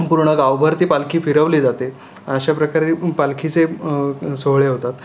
पूर्ण गावभर ती पालखी फिरवली जाते अशा प्रकारे पालखीचे सोहळे होतात